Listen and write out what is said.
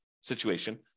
situation